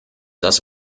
dass